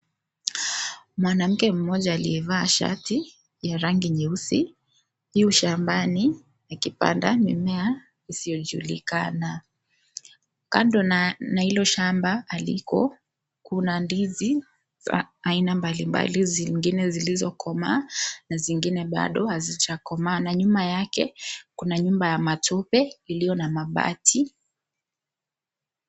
Mwanamke mmoja aliyevaa shati ya rangi nyeusi yu shambani akipanda mimea isiyojuikana, kando na hilo shamba aliko kuna ndizi za aina mbalimbali zingine zilizokomaa na zingine bado hazijakomaa na nyuma yake kuna nyumba ya matope iliyo na mabati.